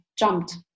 Jumped